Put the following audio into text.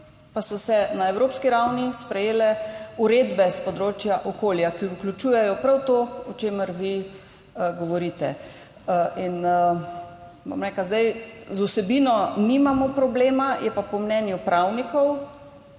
pa so se na evropski ravni sprejele uredbe s področja okolja, ki vključujejo prav to, o čemer vi govorite. Z vsebino nimamo problema, je pa po mnenju pravnikov